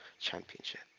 Championship